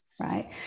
Right